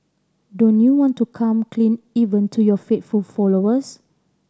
don't you want to come clean even to your faithful followers